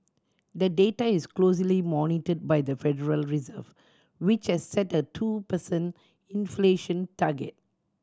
the data is closely monitored by the Federal Reserve which has set a two per cent inflation target